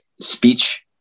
speech